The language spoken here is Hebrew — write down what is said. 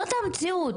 זו המציאות.